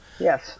Yes